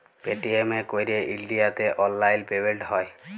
Paytm এ ক্যইরে ইলডিয়াতে অললাইল পেমেল্ট হ্যয়